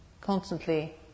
Constantly